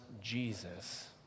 Jesus